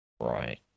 Right